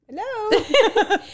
Hello